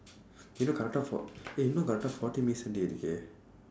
you know correctaa four eh you know இன்னும்:innum correctaa forty minutes தான்:thaan dey இருக்கு:irukku